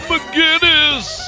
McGinnis